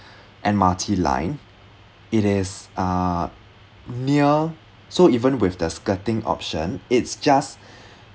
M_R_T line it is uh near so even with the skirting option it's just